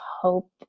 hope